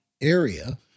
area